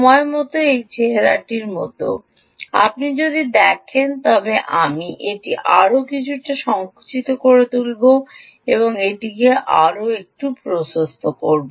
সময় মতো এই চেহারাটির মতো আপনি যদি দেখেন তবে আমি এটি আরও কিছুটা সংকুচিত করে তুলব এবং এটিকে আরও আরও প্রশস্ত করব